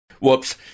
Whoops